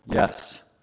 Yes